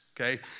okay